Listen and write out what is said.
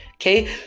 Okay